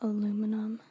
Aluminum